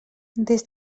des